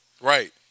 Right